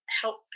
help